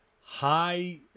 high